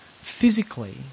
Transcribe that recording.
physically